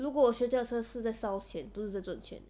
如果我学驾车是在烧钱不是在挣钱